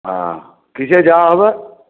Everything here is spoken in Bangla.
হ্যাঁ কিসে যাওয়া হবে